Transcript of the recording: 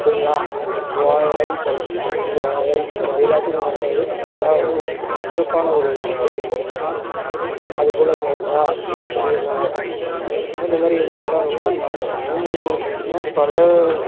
ழா வாழைப்பழம் அப்படின்றதுக்கு வாழைப்பழம் அது எல்லாத்துக்கும் வராது அந்த ழா வந்து சி சிறப்பான ஒரு சொல் அப்படின்னு சொல்லுவாங்கள் அது போல் இந்த றா பெரிய றா இந்த மாதிரி எழுத்துக்கள்லாம் இருக்கும் நம்ம தமிழ்மொழியிலேருந்து தான் பல